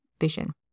vision